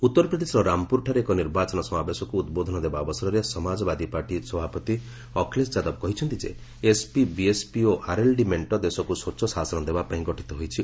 ଉତ୍ତରପ୍ରଦେଶର ରାମପୁରଠାରେ ଏକ ନିର୍ବାଚନ ସମାବେଶକୁ ଉଦ୍ବୋଧନ ଦେବା ଅବସରରେ ସମାଜବାଦୀପାର୍ଟି ସଭାପତି ଅଖିଳେଶ ଯାଦବ କହିଛନ୍ତି ଯେ ଏସ୍ପି ବିଏସ୍ପି ଓ ଆର୍ଏଲ୍ଡି ମେଣ୍ଟ ଦେଶକୁ ସ୍ୱଚ୍ଚ ଶାସନ ଦେବା ପାଇଁ ଗଠିତ ହୋଇଛି